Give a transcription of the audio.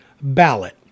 ballot